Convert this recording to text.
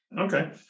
Okay